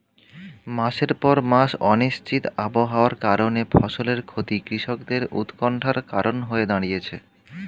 মাসের পর মাস অনিশ্চিত আবহাওয়ার কারণে ফসলের ক্ষতি কৃষকদের উৎকন্ঠার কারণ হয়ে দাঁড়িয়েছে